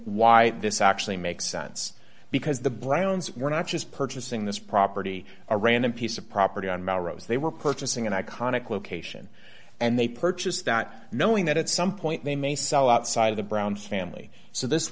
why this actually makes sense because the browns were not just purchasing this property a random piece of property on melrose they were purchasing an iconic location and they purchased that knowing that at some point they may sell outside of the brown family so this